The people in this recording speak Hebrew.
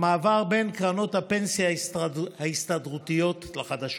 במעבר בין קרנות הפנסיה ההסתדרותיות לחדשות.